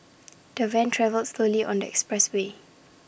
the van travelled slowly on the expressway